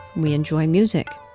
we enjoy music.